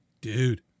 Dude